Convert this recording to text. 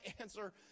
answer